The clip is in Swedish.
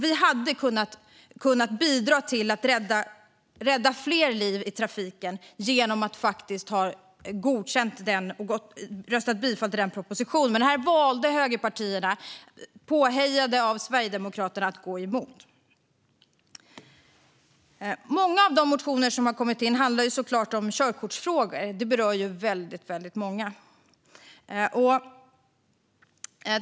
Vi hade kunnat bidra till att rädda fler liv i trafiken genom att faktiskt bifalla denna proposition. Men högerpartierna valde, påhejade av Sverigedemokraterna, att gå emot det. Många av de motioner som har kommit in handlar såklart om körkortsfrågor, som berör väldigt många.